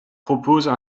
proposent